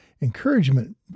encouragement